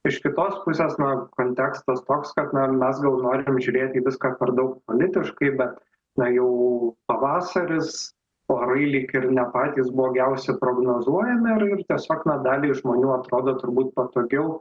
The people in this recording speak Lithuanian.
iš kitos pusės na kontekstas toks kad na mes gal norim žiūrėti į viską per daug politiškai bet na jau pavasaris orai lyg ir ne patys blogiausi prognozuojami ir ir tiesiog na daliai žmonių atrodo turbūt patogiau